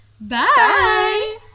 bye